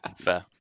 Fair